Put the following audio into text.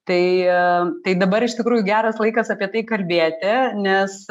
tai tai dabar iš tikrųjų geras laikas apie tai kalbėti nes